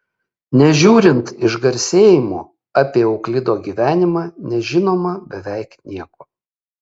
nežiūrint išgarsėjimo apie euklido gyvenimą nežinoma beveik nieko